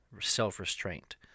self-restraint